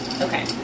Okay